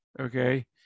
Okay